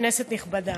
כנסת נכבדה,